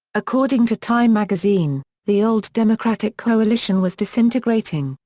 according to time magazine, the old democratic coalition was disintegrating,